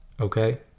Okay